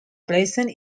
present